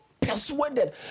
persuaded